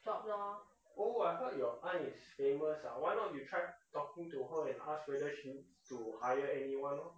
oh I heard your aunt is famous ah why not you try talking to her and ask whether she needs to hire anyone lor